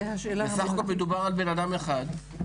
בסך-הכול, מדובר על בן-אדם אחד.